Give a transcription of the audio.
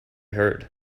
heard